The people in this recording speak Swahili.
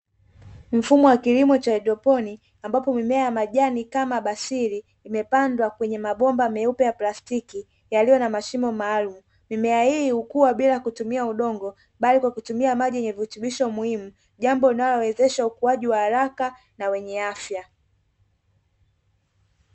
Mfumo wa kilimo cha haidroponi ambapo mimea ya majani kama basili, imepandwa kwenye mabomba meupe ya plastiki yaliyo na mashimo maalumu mimea hii hukua bila kutumia udongo bali kwa kutumia maji yenye virutubisho muhimu, jambo linalowezesha ukuaji wa haraka na wenye afya.